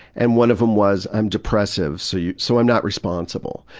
and one of them was i'm depressive, so yeah so i'm not responsible.